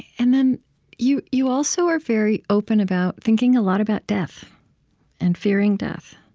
and then you you also are very open about thinking a lot about death and fearing death.